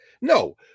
no